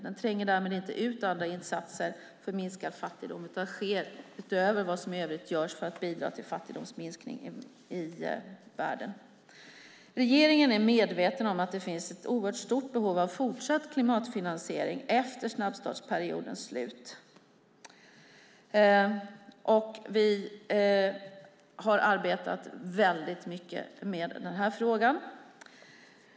Den tränger därmed inte ut andra insatser för minskad fattigdom utan sker utöver vad som i övrigt görs för att bidra till fattigdomsminskning i världen. Regeringen är medveten om att det finns ett oerhört stort behov av fortsatt klimatfinansiering efter snabbstartsperiodens slut, och vi har arbetat väldigt mycket med den här frågan.